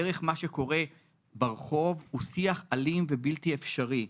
דרך מה שקורה ברחוב, הוא שיח אלים ובלתי אפשרי.